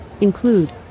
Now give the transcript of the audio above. include